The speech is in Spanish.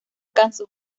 casos